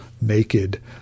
naked